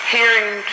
hearing